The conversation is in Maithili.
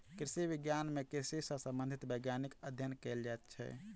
कृषि विज्ञान मे कृषि सॅ संबंधित वैज्ञानिक अध्ययन कयल जाइत छै